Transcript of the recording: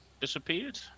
disappeared